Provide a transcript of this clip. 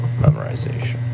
memorization